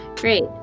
Great